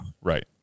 Right